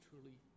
truly